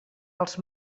els